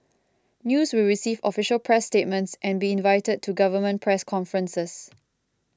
news will receive official press statements and be invited to government press conferences